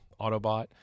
Autobot